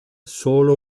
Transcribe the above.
solo